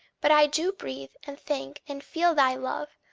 but i do breathe and think and feel thy love,